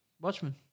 Watchmen